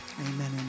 amen